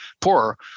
poorer